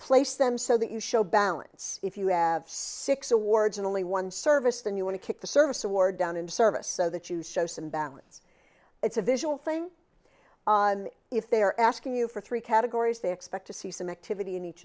place them so that you show balance if you have six awards and only one service then you want to kick the service award down and service so that you show some balance it's a visual thing if they're asking you for three categories they expect to see some activity in each